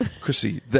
Chrissy